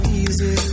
easy